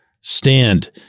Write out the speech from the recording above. stand